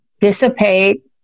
dissipate